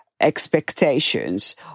Expectations